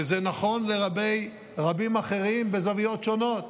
וזה נכון לרבים אחרים בזוויות שונות.